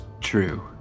true